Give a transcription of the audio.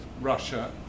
Russia